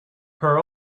her